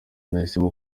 nahisemo